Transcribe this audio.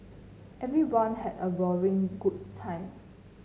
everyone had a roaring good time